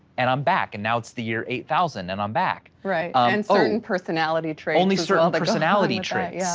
and i'm back and now it's the year eight thousand, and i'm back. right and certain personality traits only sort of personality traits? yeah